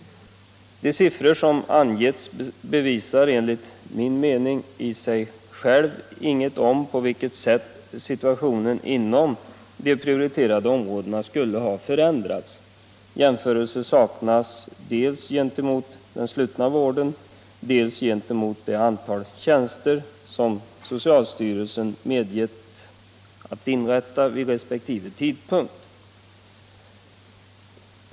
De siffror som angetts bevisar, enligt min mening, i sig själva ingenting om på vilket sätt situationen inom de prioriterade områdena skulle ha förändrats. Jämförelse saknas dels gentemot den slutna vården, dels gentemot det antal tjänster som socialstyrelsen medgett att man skall få inrätta vid resp. tidpunkt.